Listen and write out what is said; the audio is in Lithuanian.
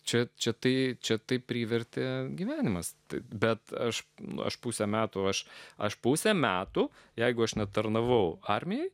čia čia tai čia taip privertė gyvenimas bet aš nu aš pusę metų aš aš pusę metų jeigu aš netarnavau armijoje